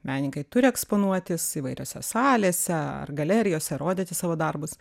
menininkai turi eksponuotis įvairiose salėse ar galerijose rodyti savo darbus